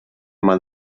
man